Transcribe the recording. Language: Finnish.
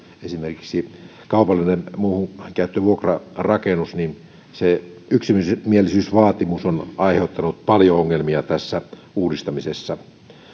esimerkiksi kaupallinen muun käytön vuokrarakennus niin yksimielisyysvaatimus on aiheuttanut paljon ongelmia uudistamisessa